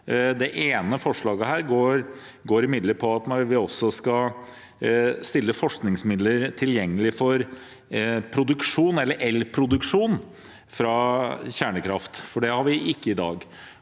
Det ene forslaget går imidlertid ut på at vi også skal stille forskningsmidler tilgjengelig for produksjon, eller elproduksjon, fra kjernekraft, for det har vi ikke i dag.